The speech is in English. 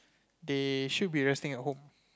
they should be resting at home